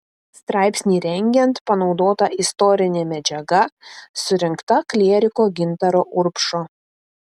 straipsnį rengiant panaudota istorinė medžiaga surinkta klieriko gintaro urbšo